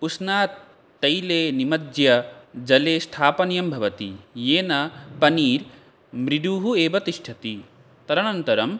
उष्णतैले निमज्य जले स्थापनीयं भवति येन पनीर् मृदुः एव तिष्ठति तदनन्तरं